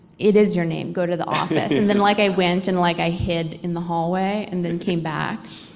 it is your name, go to the office. and then like i went and like i hid in the hallway and then came back.